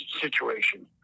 situation